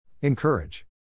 Encourage